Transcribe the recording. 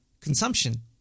consumption